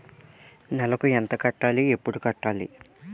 నెలకు ఎంత కట్టాలి? ఎప్పుడు కట్టాలి?